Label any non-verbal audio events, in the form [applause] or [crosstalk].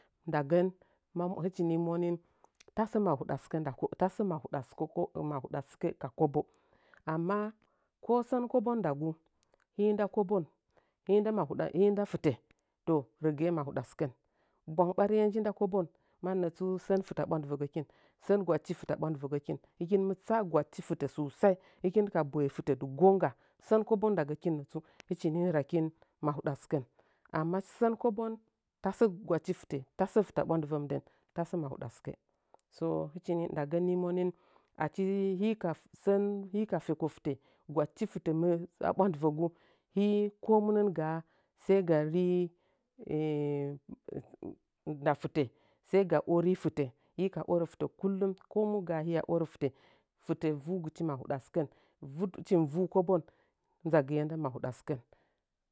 Ndagən “mo i hɨchi nii momin tasə mahuda sɨkə da kob – tasə mahuda sɨkə nda kon – mahuɗa sɨkə ka kobe amma ko sən kobon ndagu hii nda kobon, hii nda mahuɗa hii nda fɨtə toh rəgɨye mahiɗa sɨkən ɓwang ɓariye nji nda kobon mannətsu sən fɨtə a ɓwandɨvəgəkin sən gwadchi htə a ɓwandɨvəgəkin hɨ kin mɨ tsa’a gwadehi fɨtə susai hɨkin ka boye fɨtə dɨ gongga sən koban ndagəkin nətsu hɨchi nii rakin mahudasɨkən, amma sən kobon tasə gwadchi fɨtə tasə fɨtə a ɓwandɨvə mɨndən tasə mahuda sɨkə ɓə hɨchi nii ndagən nii monin achi hii “ka – fa – sən – he la fyeko fɨtə gwaddhi fɨtə mɨ a ɓwandɨvəgu hii ko munɨ gaa sai ga rii [hesitation] nda fɨtə, sai ga ori fɨtə hii ka orə fɨtə kullum komu gaa hiya orə fɨtə fɨtə vuugɨchi mahuɗa silkaln vut – hɨchin vu kobon nzagɨye nda mahuɗa sɨkən.